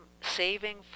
Saving